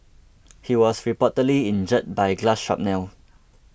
he was reportedly injured by glass shrapnel